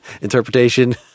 interpretation